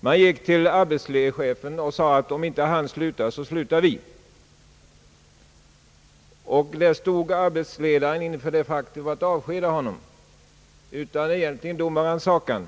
Man gick till arbetsledaren och sade att man skulle sluta om inte pojken slutade, och där stod arbetsledaren inför tvånget att avskeda pojken utan dom och rannsakan.